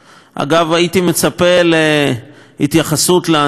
הייתי מצפה בהתייחסות לנקודה הזאת